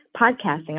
podcasting